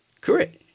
Correct